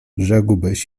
rzekłbyś